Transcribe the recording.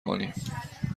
کنیم